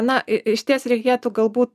na i išties reikėtų galbūt